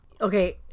Okay